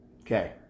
Okay